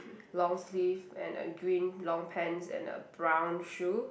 long sleeve and a green long pants and a brown shoe